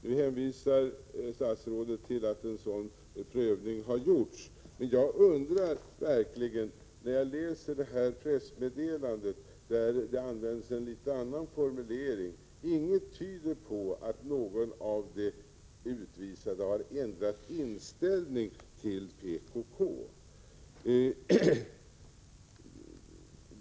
Nu hänvisar statsrådet till att en sådan prövning har gjorts. Men jag undrar verkligen. När jag läser pressmeddelandet, där det används en litet annan formulering, ser jag ingenting som tyder på att någon av de utvisade har 13 ändrat inställning till PKK.